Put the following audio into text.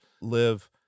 live